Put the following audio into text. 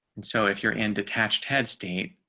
and so if you're in detached head state,